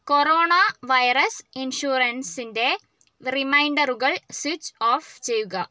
corona virus ഇൻഷുറൻസിൻ്റെ റിമൈൻഡറുകൾ switch off ചെയ്യുക